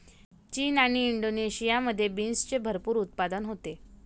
चीन आणि इंडोनेशियामध्ये बीन्सचे भरपूर उत्पादन होते